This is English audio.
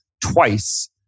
twice